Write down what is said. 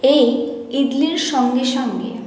এই ইডলির সঙ্গে সঙ্গে